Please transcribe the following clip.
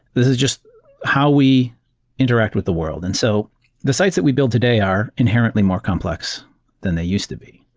this is just how we interact with the world. and so the sites that we build today are inherently more complex than they used to be.